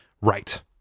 Right